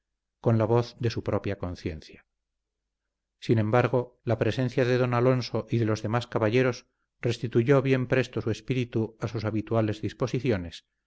con la voz de su propia conciencia sin embargo la presencia de don alonso y de los demás caballeros restituyó bien presto su espíritu a sus habituales disposiciones